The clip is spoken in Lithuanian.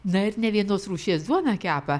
na ir ne vienos rūšies duoną kepa